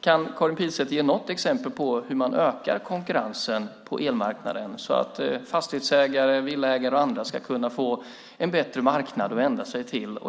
Kan Karin Pilsäter ge något exempel på hur man ökar konkurrensen på elmarknaden så att fastighetsägare, villaägare och andra ska kunna få en bättre marknad att vända sig till?